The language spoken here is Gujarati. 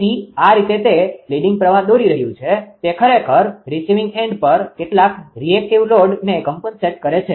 તેથી આ રીતે તે લીડીંગ પ્રવાહ દોરી રહ્યું છે તે ખરેખર રિસીવિંગ એન્ડ પર કેટલાક રીએક્ટીવ લોડreactive loadપ્રતીક્રીયાશીલ ભારને કોમ્પનસેટ કરે છે